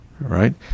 right